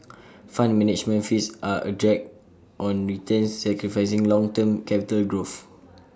fund management fees are A drag on returns sacrificing long term capital growth